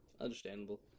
understandable